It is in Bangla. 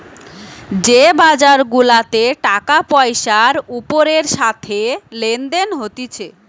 যে বাজার গুলাতে টাকা পয়সার ওপরের সাথে লেনদেন হতিছে